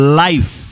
life